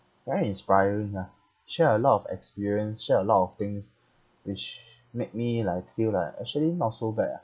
very inspiring ah share a lot of experience share a lot of things which make me like feel like actually not so bad ah